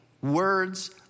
words